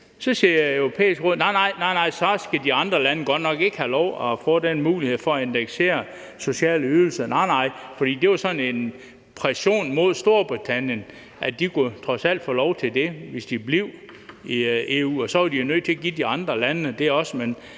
Råd: Nej, nej, så skal de andre lande godt nok ikke have lov at få den mulighed for at indeksere sociale ydelser. Det var sådan en pression mod Storbritannien, altså at de trods alt kunne få lov til det, hvis de blev i EU, og så var de jo nødt til at give de andre lande det også.